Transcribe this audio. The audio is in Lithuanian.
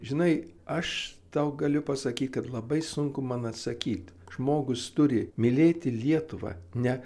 žinai aš tau galiu pasakyt kad labai sunku man atsakyt žmogus turi mylėti lietuvą ne